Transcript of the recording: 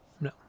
no